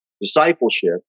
discipleship